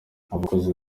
abakozi